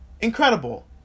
Incredible